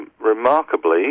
remarkably